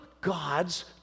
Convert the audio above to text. God's